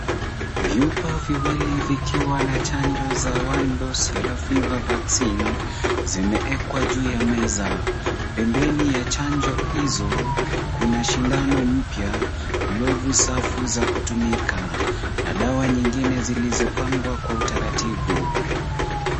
Vyupa viwili vikiwa na chanjo ya One Dose Yellow Fever Vaccine zimeekwa juu ya meza. Pembeni ya chanjo hizo kuna sindano mpya, glavu safi za kutumika, na dawa nyingine zilizopangwa kwa utaratibu.